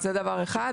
זה דבר אחד.